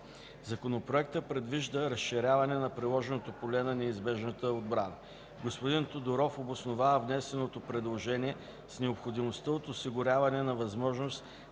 Законопроектът предвижда разширяване на приложното поле на неизбежната отбрана. Господин Тодоров обоснова внесеното предложение с необходимостта от осигуряване на възможност